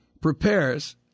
prepares